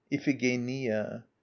iphigenia